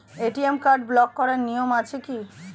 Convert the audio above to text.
ATM card block করার নিয়ম কি আছে?